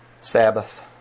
Sabbath